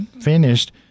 finished